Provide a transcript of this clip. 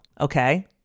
Okay